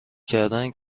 کردهاند